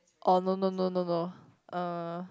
oh no no no no no uh